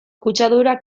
kutsadura